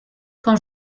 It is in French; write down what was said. quand